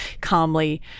calmly